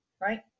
right